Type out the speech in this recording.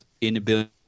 inability